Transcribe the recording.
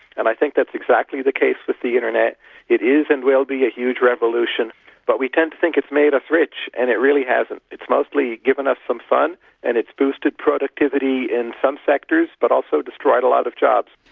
and i think that's exactly the case with the internet it is and will be a huge revolution but we tend to think it's made us rich, and it really hasn't. it's mostly given us some fun and it's boosted productivity in some sectors but also destroyed a lot of jobs.